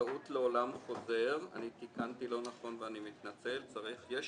טעות לעולם חוזרת אני תיקנתי לא נכון ואני מתנצל: יש